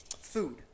Food